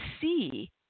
see